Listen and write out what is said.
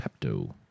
Pepto